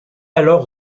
alors